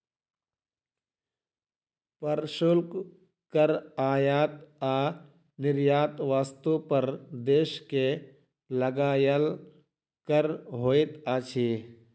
प्रशुल्क कर आयात आ निर्यात वस्तु पर देश के लगायल कर होइत अछि